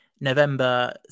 November